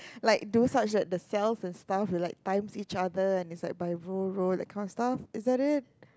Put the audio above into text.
like do such at the cells and stuff and like times each other and is like by row row that kind of stuff is that it